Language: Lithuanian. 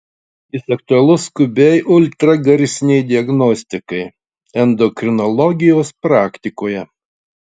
jis aktualus skubiai ultragarsinei diagnostikai endokrinologijos praktikoje